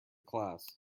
class